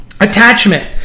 attachment